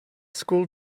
school